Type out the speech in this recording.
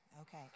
Okay